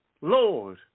Lord